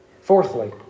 Fourthly